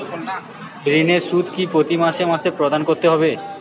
ঋণের সুদ কি প্রতি মাসে মাসে প্রদান করতে হবে?